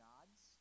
God's